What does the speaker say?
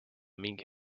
mingi